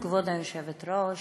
כבוד היושבת-ראש,